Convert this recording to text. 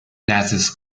nazis